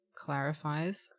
clarifies